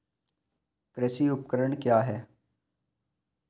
कृषि उपकरण क्या है?